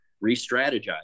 re-strategize